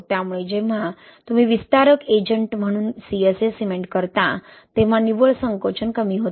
त्यामुळे जेव्हा तुम्ही विस्तारक एजंट म्हणून CSA सिमेंट करता तेव्हा निव्वळ संकोचन कमी होते